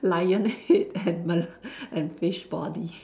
lion head and mer~ and fish body